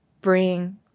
bring